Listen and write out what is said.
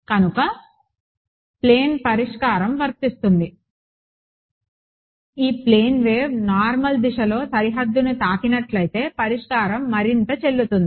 కనుక ప్లేన్ పరిష్కారం వర్తిస్తుంది ఈ ప్లేన్ వేవ్ నార్మల్ దిశలో సరిహద్దును తాకినట్లయితే పరిష్కారం మరింత చెల్లుతుంది